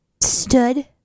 stood